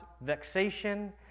vexation